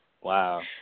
Wow